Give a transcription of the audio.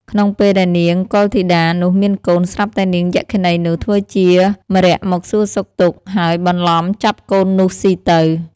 ក្នុងពេលដែលនាងកុលធីតានោះមានកូន ស្រាប់តែនាងយក្ខិនីនោះ ធ្វើជាម្រាក់មកសួរសុខទុក្ខ ហើយបន្លំចាប់កូននោះស៊ីទៅ ។